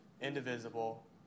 indivisible